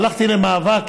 והלכתי למאבק,